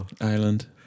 Island